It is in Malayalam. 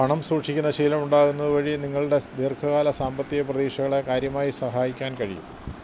പണം സൂക്ഷിക്കുന്ന ശീലമുണ്ടാകുന്നത് വഴി നിങ്ങളുടെ ദീർഘകാല സാമ്പത്തിക പ്രതീക്ഷകളെ കാര്യമായി സഹായിക്കാൻ കഴിയും